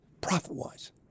Profit-wise